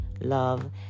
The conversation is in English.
love